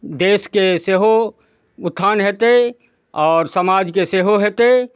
देशके सहए उत्थान होयतै आओर समाज के सेहो होयतै